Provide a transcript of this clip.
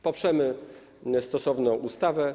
Poprzemy stosowną ustawę.